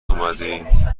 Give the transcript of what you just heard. اومدی